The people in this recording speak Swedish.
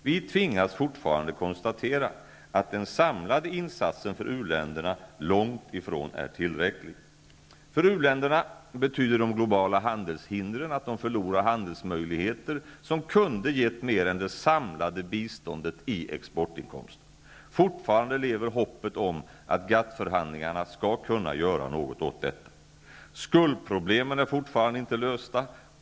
Vi tvingas fortfarande konstatera att den samlade insatsen för u-länderna långt ifrån är tillräcklig. För u-länderna betyder de globala handelshindren att de förlorar handelsmöjligheter som kunde gett mer än det samlade biståndet i exportinkomster. Fortfarande lever hoppet om att GATT föhandlingarna skall kunna göra något åt detta. Skuldproblemen är fortfarande inte lösta.